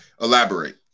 Elaborate